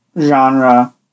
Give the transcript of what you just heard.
genre